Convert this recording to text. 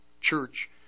Church